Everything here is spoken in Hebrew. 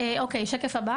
אוקיי, שקף הבא